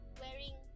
wearing